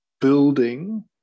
building